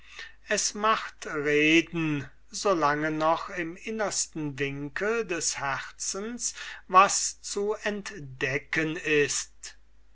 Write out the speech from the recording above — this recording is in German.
es macht reden so lange noch im innersten winkel des herzens was zu entdecken ist